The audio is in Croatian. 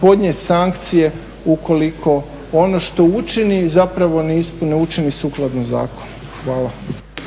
podnijeti sankcije ukoliko ono što učini zapravo ne učini sukladno zakonu. Hvala.